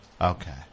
Okay